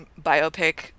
biopic